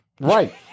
Right